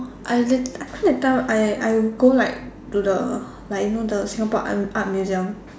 I did I feel that time I I will go like to the like you know the Singapore art art museum